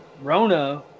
Rona